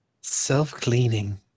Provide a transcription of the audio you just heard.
Self-cleaning